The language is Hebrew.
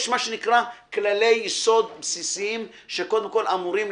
יש מה שנקרא כללי יסוד בסיסיים שאמורים קודם